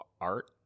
art